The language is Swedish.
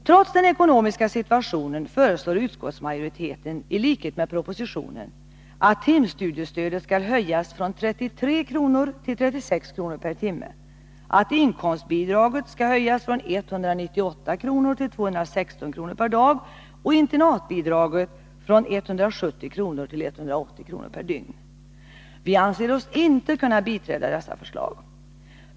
Trots den ekonomiska situationen föreslår utskottsmajoriteten — i likhet med propositionen — att timstudiestödet skall höjas från 33 kr. till 36 kr. per timme, att inkomstbidraget skall höjas från 198 kr. till 216 kr. per dag och internatbidraget från 170 kr. till 180 kr. per dygn. Vi anser oss inte kunna biträda dessa förslag.